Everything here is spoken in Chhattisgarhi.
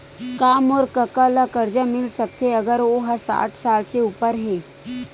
का मोर कका ला कर्जा मिल सकथे अगर ओ हा साठ साल से उपर हे?